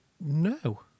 no